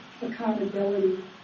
accountability